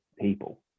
people